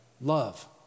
love